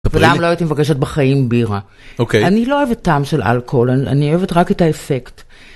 פעם לא הייתי מבקשת בחיים בירה, אני לא אוהבת טעם של אלכוהול, אני אוהבת רק את האפקט.